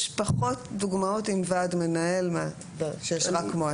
יש פחות דוגמאות עם ועד מנהל משיש רק מועצה.